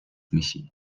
میشی